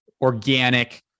organic